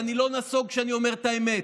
ואני לא נסוג כשאני אומר את האמת,